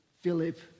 Philip